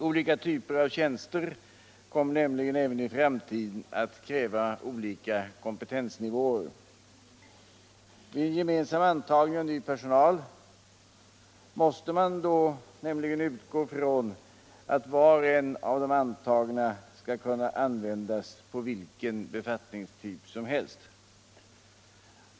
Olika typer av tjänster kommer nämligen även i framtiden att kräva olika kompetensnivåer. Vid gemensam antagning av ny personal måste man utgå från att var och en av de antagna skall kunna användas på vilken befattningstyp som helst.